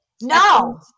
No